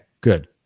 good